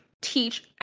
teach